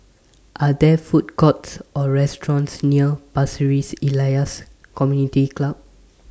Are There Food Courts Or restaurants near Pasir Ris Elias Community Club